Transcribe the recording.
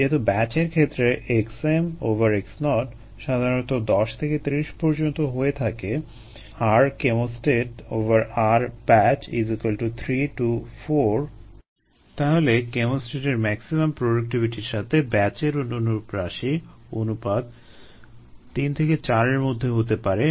যেহেতু ব্যাচের ক্ষেত্রে xmx0 সাধারণত 10 থেকে 30 পর্যন্ত হয়ে থাকে RchemostatRbatch3 to 4 তাহলে কেমোস্ট্যাটের ম্যাক্সিমাম প্রোডাক্টিভিটির সাথে ব্যাচের অনুরূপ রাশি অনুপাত তিন থেকে চার এর মধ্যে হতে পারে